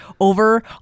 over